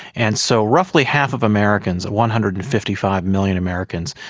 and so roughly half of americans, one hundred and fifty five million americans,